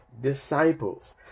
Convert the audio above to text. disciples